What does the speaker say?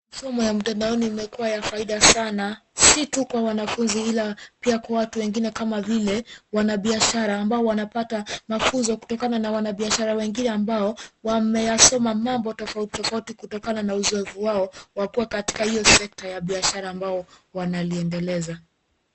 Somo ya mtandaoni imekuwa ya faida sana, si tu kwa wanafunzi ila pia kwa watu wengine kama vile, wanabiashara ambao wanapata mafunzo kutokana na wanabiashara wengine ambao wameyasoma mambo tofauti tofauti kutokana na uzoefu wao wa kuwa katika hiyo sekta ya biashara ambao wanaliendeleza.